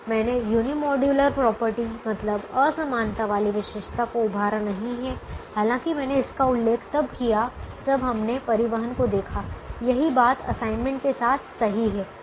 मैंने unimodular property मतलब असमानता वाली विशेषता को उभारा नहीं है हालांकि मैंने इसका उल्लेख तब किया जब हमने परिवहन को देखा यही बात असाइनमेंट के साथ सही है